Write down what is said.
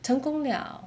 成功 liao